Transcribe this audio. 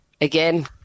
again